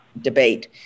debate